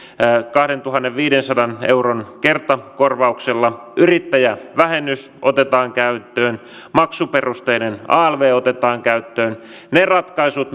kahdentuhannenviidensadan euron kertakorvauksella yrittäjävähennys otetaan käyttöön maksuperusteinen alv otetaan käyttöön ne ratkaisut